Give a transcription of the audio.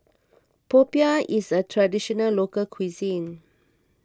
Popiah is a Traditional Local Cuisine